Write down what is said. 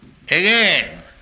Again